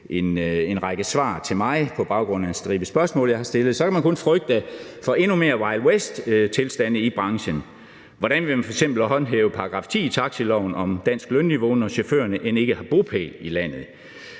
en række svar til mig på baggrund af en stribe spørgsmål, jeg har stillet, kan man kun frygte for endnu mere wild west-tilstande i branchen. Hvordan vil man f.eks. håndhæve § 10 i taxiloven om dansk lønniveau, når chaufførerne end ikke har bopæl i landet?